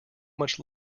much